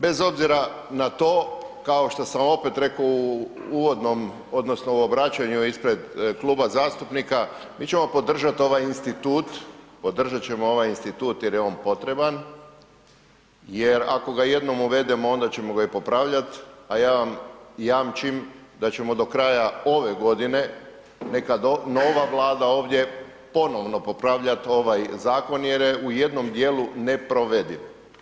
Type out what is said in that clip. Bez obzira na to kao što sam opet rekao u uvodnom odnosno u obraćanju ispred kluba zastupnika mi ćemo podržati ovaj institut, podržat ćemo ovaj institut jer je on potreban jer ako ga jednom uvedemo onda ćemo ga i popravljat, a ja vam jamčim da ćemo do kraja ove godine neka nova vlada ovdje ponovo popravljat ovaj zakon jer je u jednom dijelu neprovediv.